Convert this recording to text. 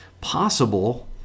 possible